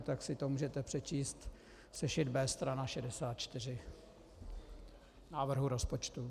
Tak si to můžete přečíst, sešit B strana 64 návrhu rozpočtu.